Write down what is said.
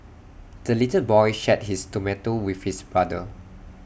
the little boy shared his tomato with his brother